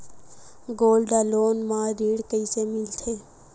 Gold loan म ऋण कइसे मिलथे?